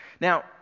Now